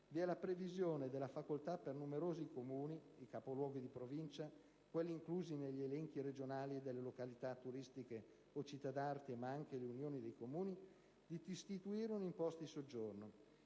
poi la previsione della facoltà, per numerosi Comuni (per i capoluoghi di Provincia e quelli inclusi negli elenchi regionali delle località turistiche o città d'arte, ma anche per le unioni di Comuni) di istituire un'imposta di soggiorno.